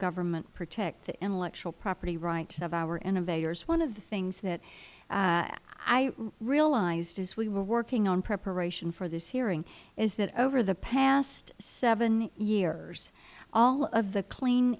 government protect the intellectual property rights of our innovators one of the things that i realized as we were working on preparation for this hearing is that over the past seven years all of the clean